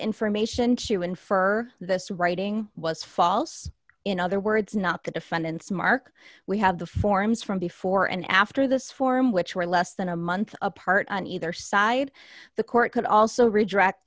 information to infer this writing was false in other words not the defendant's mark we have the forms from before and after this forum which were less than a month apart on either side the court could also reject